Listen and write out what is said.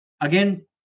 Again